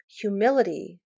Humility